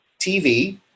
TV